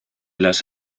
las